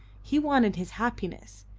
he wanted his happiness.